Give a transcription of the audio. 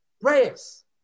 prayers